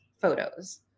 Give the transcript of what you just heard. photos